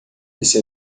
esse